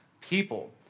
people